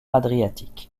adriatique